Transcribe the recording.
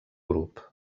grup